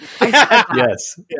Yes